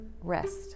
rest